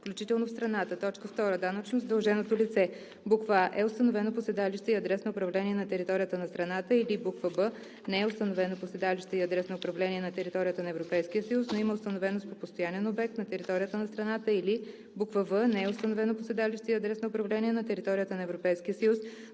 включително в страната; 2. данъчно задълженото лице: а) е установено по седалище и адрес на управление на територията на страната, или б) не е установено по седалище и адрес на управление на територията на Европейския съюз, но има установеност по постоянен обект на територията на страната, или в) не е установено по седалище и адрес на управление на територията на Европейския съюз,